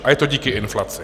A je to díky inflaci.